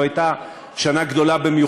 וזו הייתה שנה עם מספר גדול במיוחד,